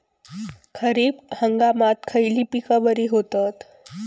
खरीप हंगामात खयली पीका बरी होतत?